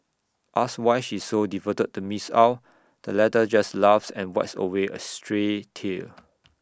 asked why she is so devoted to miss Ow the latter just laughs and wipes away A stray tear